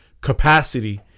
capacity